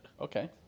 Okay